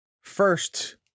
first